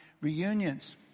reunions